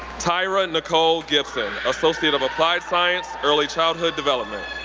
tyra nickole gibson, associate of applied science, early childhood development.